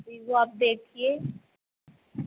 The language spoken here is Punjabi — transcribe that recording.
ਪਲੀਜ਼ ਆਪ ਦੇਖੀਏ